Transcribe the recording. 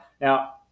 Now